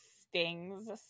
stings